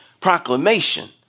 Proclamation